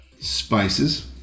spices